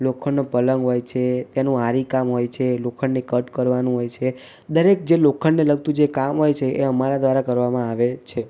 લોખંડનો પલંગ હોય છે તેનું આરી કામ હોય છે લોખંડને કટ કરવાનું હોય છે દરેક જે લોખંડને લગતું કામ હોય છે એ અમારા દ્વારા કરવામાં આવે છે